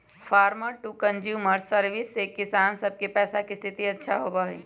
farmer to consumer service से किसान सब के पैसा के स्थिति अच्छा होबा हई